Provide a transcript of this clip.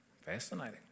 Fascinating